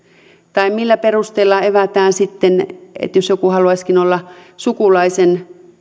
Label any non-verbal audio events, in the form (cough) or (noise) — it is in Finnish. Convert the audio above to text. tai millä perusteella evätään sitten (unintelligible) jos joku haluaisikin olla sukulaisen